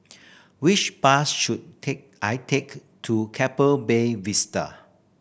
which bus should I take to Keppel Bay Vista